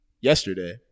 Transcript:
yesterday